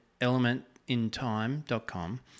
ElementInTime.com